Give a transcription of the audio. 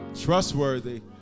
trustworthy